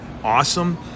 awesome